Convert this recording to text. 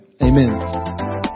Amen